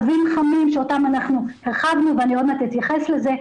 קווים חמים שאותם אנחנו הרחבנו ועוד מעט אתייחס לזה.